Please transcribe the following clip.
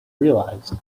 realized